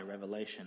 revelation